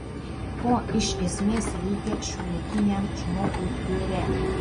ko iš esmės reikia šiuolaikiniam žmogui biure